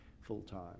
full-time